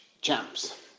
Champs